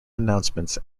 announcements